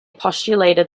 postulated